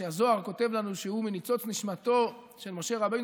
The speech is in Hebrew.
שהזוהר כותב לנו שהוא מניצוץ נשמתו של משה רבנו,